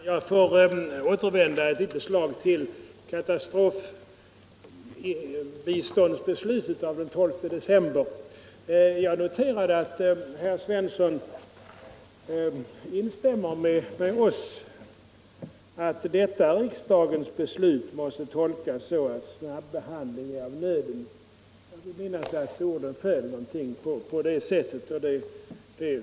Herr talman! Jag vill återvända ett litet slag till katastrofbiståndsbeslutet av den 12 december 1974. Jag noterade att herr Svensson i Eskilstuna instämmer med oss i att detta riksdagens beslut måste tolkas så, att snabbehandling är av nöden; jag vill minnas att orden föll ungefär på det sättet.